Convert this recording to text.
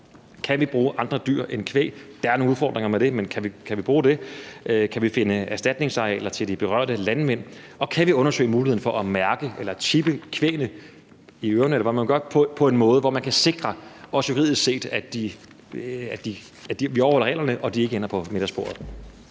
Kan vi bruge andre dyr end kvæg? Der er nogle udfordringer med det. Kan vi finde erstatningsarealer til de berørte landmænd? Og kan vi undersøge muligheden for at mærke eller chippe kvæget i ørerne, eller hvad man nu gør, på en måde, hvor vi kan sikre, at vi også juridisk set overholder reglerne og de ikke ender på middagsbordet?